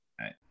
right